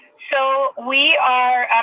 so we are,